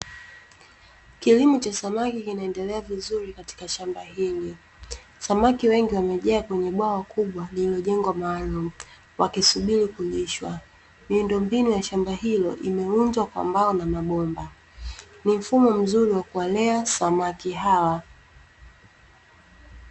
Kilimo cha samaki kinaendelea vizuri katika shamba hili. Samaki wengi wamejaa kwenye bwawa kubwa lililojengwa maalumu, wakisubiri kulishwa. Miundombinu ya shamba hilo imeundwa kwa mbao na mabomba. Ni mfumo mzuri wa kuwalea samaki hawa.